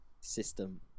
system